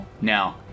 now